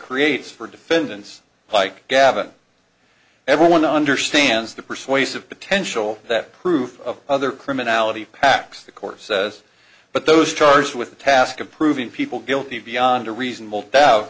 creates for defendants like gavin everyone understands the persuasive potential that proof of other criminality packs the course says but those charged with the task of proving people guilty beyond a reasonable doubt